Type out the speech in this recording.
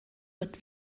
wird